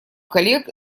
коллег